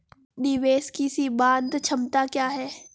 निवेश की सीमांत क्षमता क्या है?